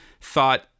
thought